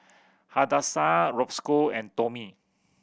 Hadassah Roscoe and Tomie